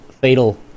Fatal